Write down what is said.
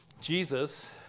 Jesus